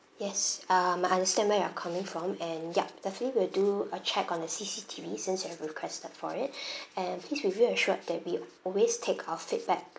yes um I understand where you're coming from and yup definitely we'll do a check on the C_C_T_V since you have requested for it and please be reassured that we always take our feedback